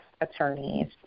attorneys